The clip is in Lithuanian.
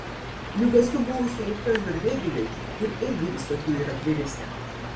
juk esu buvusi ir toj norvegijoj kur irgi visokių yra privisę